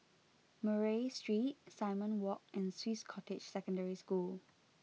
Murray Street Simon Walk and Swiss Cottage Secondary School